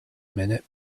minute